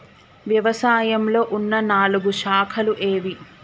వ్యవసాయంలో ఉన్న నాలుగు శాఖలు ఏవి?